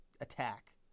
attack